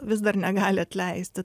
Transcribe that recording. vis dar negali atleisti